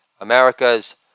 America's